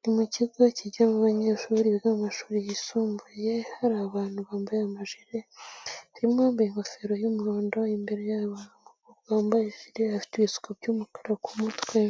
ni mu kigo kijyiramo abanyeshuri biga mu mashuri yisumbuye, hari abantu bambaye amaji .Harimo uwambaye ingofero y'umuhondo ,imbere ye hari umukobwa wambaye ijile, afite ibisuko by'umukara ku mutwe.